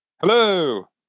hello